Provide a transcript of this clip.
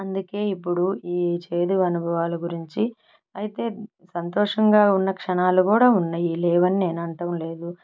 అందుకే ఇప్పుడు ఈ చేదు అనుభవాలు గురించి అయితే సంతోషంగా ఉన్న క్షణాలు కూడా ఉన్నాయి లేవని నేను అనటం లేదు